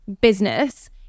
business